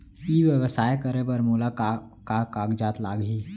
ई व्यवसाय करे बर मोला का का कागजात लागही?